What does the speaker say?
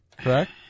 correct